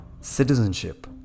Citizenship